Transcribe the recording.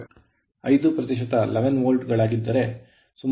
5 ಪ್ರತಿಶತ11 ವೋಲ್ಟ್ ಗಳಾಗಿದ್ದರೆ